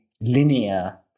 linear